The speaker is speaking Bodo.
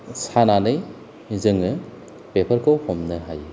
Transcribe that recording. सानानै जोङो बेफोरखौ हमनो हायो